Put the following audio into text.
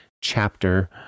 chapter